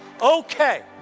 okay